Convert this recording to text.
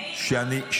--- אני אומרת.